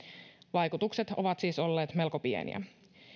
vaikutukset ovat siis olleet melko pieniä